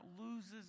loses